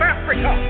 Africa